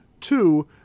two